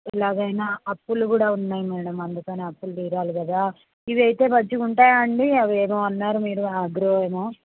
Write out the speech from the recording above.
ఎలాగైనా అప్పులు కూడా ఉన్నాయి మ్యాడం అందుకని అప్పులు తీరాలి కదా ఇవి అయితే మంచిగా ఉంటాయండి అవి ఏమో అన్నారు మీరు ఆగ్రో ఏమో